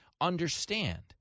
Understand